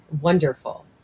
wonderful